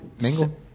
Mingle